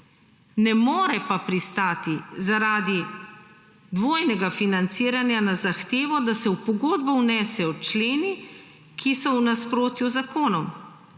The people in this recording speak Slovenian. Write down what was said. Ne more pa pristati zaradi dvojnega financiranja na zahtevo, da se v pogodbo vnesejo členi, ki so v nasprotju z zakonom,